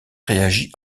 réagi